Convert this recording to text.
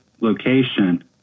location